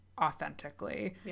Authentically